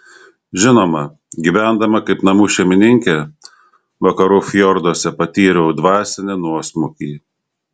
žinoma gyvendama kaip namų šeimininkė vakarų fjorduose patyriau dvasinį nuosmukį